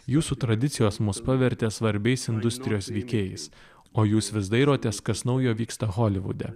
jūsų tradicijos mus pavertė svarbiais industrijos veikėjais o jūs vis dairotės kas naujo vyksta holivude